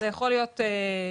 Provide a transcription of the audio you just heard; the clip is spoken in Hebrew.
זה יכול להיות קיצוני.